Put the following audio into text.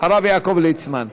הרב יעקב ליצמן.